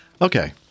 Okay